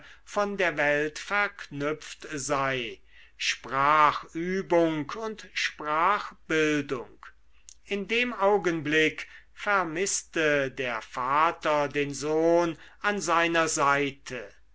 von der welt verknüpft sei sprachübung und sprachbildung in dem augenblick vermißte der vater den sohn an seiner seite